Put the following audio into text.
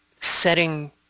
setting